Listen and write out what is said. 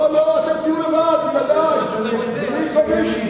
לא, אתם תהיו לבד, בלעדי, סיימתם.